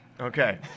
Okay